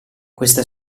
questa